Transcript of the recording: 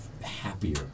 happier